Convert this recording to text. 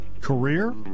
Career